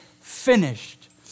finished